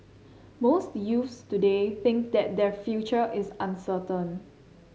most youths today think that their future is uncertain